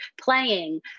playing